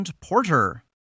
Porter